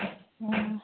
अच्छा